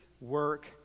work